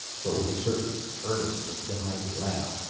but with a certain earnestness behind the laugh,